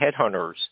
Headhunters